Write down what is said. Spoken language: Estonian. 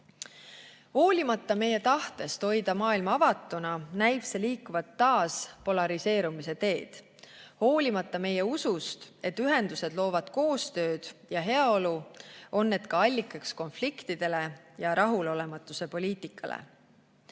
Hoolimata meie tahtest hoida maailma avatuna, näib see liikuvat taas polariseerumise teed. Hoolimata meie usust, et ühendused loovad koostööd ja heaolu, on need ka allikaks konfliktidele ja rahulolematuse poliitikale. Seni